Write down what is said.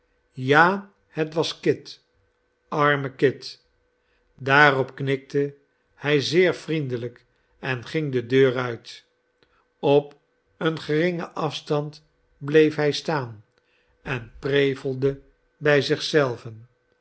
ja f het was kit arme kit daarop knikte hij zeer vriendelijk en ging de deur uit op een geringen afstand bleef hij staan en prevelde bij zich zelven